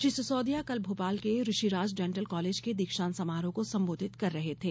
श्री सिसोदिया कल भोपाल के Rishiraj dental college के दीक्षांत समारोह को संबोधित कर रहे थे